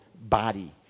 body